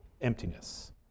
emptiness